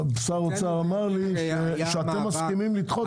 שר האוצר אמר לי שאתם מסכימים לדחות את זה.